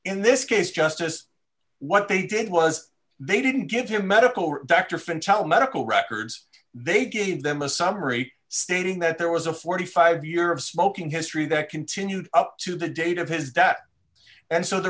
in this case just as what they did was they didn't give him medical doctor fentanyl medical records they gave them a summary stating that there was a forty five year of smoking history that continued up to the date of his death and so the